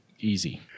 easy